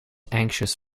anxious